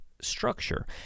structure